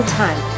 time